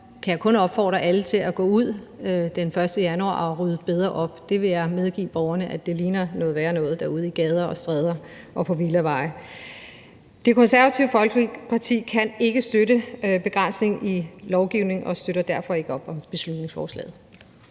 jeg kun opfordre alle til at gå ud den 1. januar og rydde bedre op. Jeg vil medgive borgerne bag forslaget, at det ligner noget værre noget derude på gader og stræder og på villaveje. Det Konservative Folkeparti kan ikke støtte den foreslåede begrænsning og støtter derfor ikke op om beslutningsforslaget.